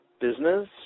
business